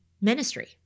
ministry